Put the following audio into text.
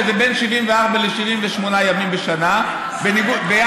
שזה בין 74 ל-78 ימים בשנה ביחס,